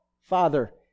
Father